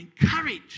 encouraged